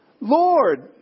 Lord